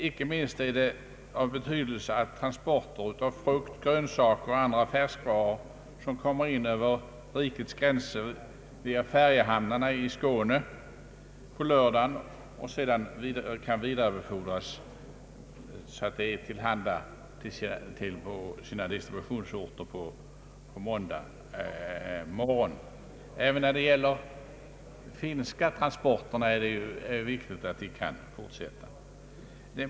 Inte minst är det av betydelse att frukt, grönsaker och andra färskvaror, som kommer in över rikets gränser via färjehamnarna i Skåne på lördagen, kan vidarebefordras så att de når distributionsorterna på måndag morgon. Det är också viktigt att de finska transporterna kan fortsätta.